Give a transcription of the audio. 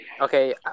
Okay